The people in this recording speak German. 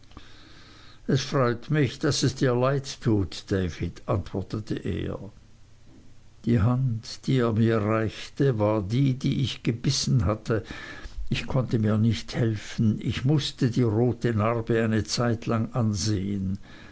es freut mich daß es dir leid tut david antwortete er die hand die er mir reichte war die die ich gebissen hatte ich konnte mir nicht helfen ich mußte die rote narbe eine zeitlang ansehen